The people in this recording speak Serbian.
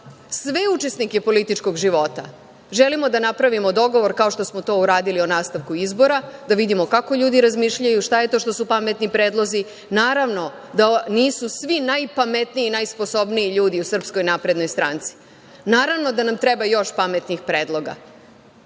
sve učesnike političkog života, želimo da napravimo dogovor kao što smo to uradili o nastavku izbora, da vidimo kako ljudi razmišljaju, šta je to što su pametni predlozi. Naravno da nisu svi najpametniji i najsposobniji ljudi u SNS, naravno da nam treba još pametnih predloga,